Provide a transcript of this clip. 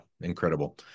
incredible